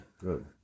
good